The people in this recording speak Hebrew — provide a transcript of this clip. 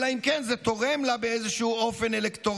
אלא אם כן זה תורם לה באיזשהו אופן אלקטורלי,